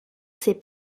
ses